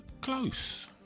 close